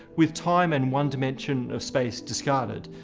with time and one dimension of space discarded.